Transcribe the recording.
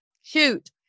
shoot